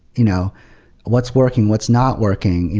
you know what's working, what's not working?